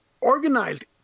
organized